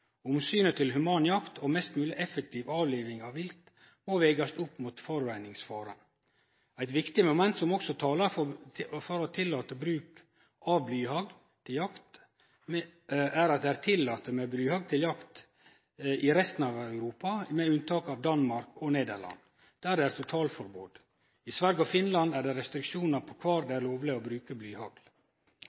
Omsynet til human jakt og mest mogleg effektiv avliving av viltet må vegast opp mot forureiningsfaren. Eit viktig moment som også talar for å tillate bruk av blyhagl ved jakt, er at det i resten av Europa er tillate med bruk av blyhagl ved jakt, med unntak av i Danmark og Nederland, der det er totalforbod. I Sverige og Finland er det restriksjonar på kvar det er lovleg å bruke blyhagl.